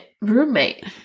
roommate